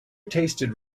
tasted